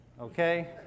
okay